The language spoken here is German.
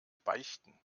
beichten